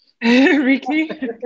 Ricky